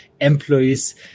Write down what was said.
employees